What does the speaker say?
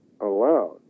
aloud